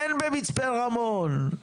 אין במצפה רמון.